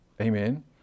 Amen